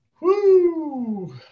Woo